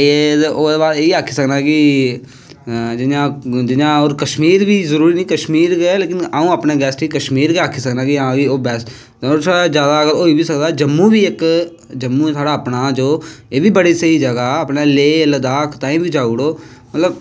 एह् आक्की सकना कि जियां क्शमीर जरूरी नी कश्मीर गै अऊं अपने गैस्ट गी कस्मीर गै आक्खी सकना कि ओह् ओह्दे कशा दा होई बी सकदा जम्मू इक जम्मू बू साढ़ा जो एह् बी बड़ी स्हेई जगाह् ऐ लेह् लद्दाख ताईं बी जाई ओड़ो